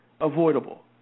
avoidable